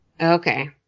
Okay